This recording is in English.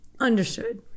understood